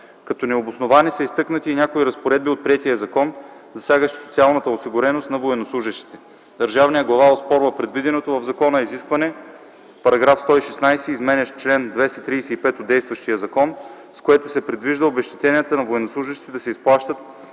Като необосновани са изтъкнати и някои разпоредби от приетия закон, засягащи социалната осигуреност на военнослужещите. Държавният глава оспорва предвиденото в закона изискване (§ 116, изменящ чл. 235 от действащия закон), с което се предвижда обезщетенията на военнослужещите да се изплащат